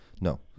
No